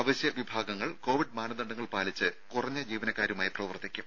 അവശ്യ വിഭാഗങ്ങൾ കോവിഡ് മാനദണ്ഡങ്ങൾ പാലിച്ച് കുറഞ്ഞ ജീവനക്കാരുമായി പ്രവർത്തിക്കും